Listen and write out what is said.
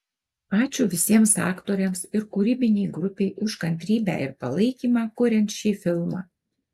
ačiū visiems aktoriams ir kūrybinei grupei už kantrybę ir palaikymą kuriant šį filmą